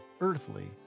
earthly